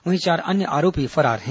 वहीं चार अन्य आरोपी फरार हैं